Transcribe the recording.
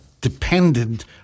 dependent